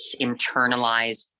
internalized